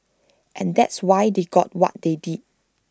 and that's why they got what they did